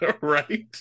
right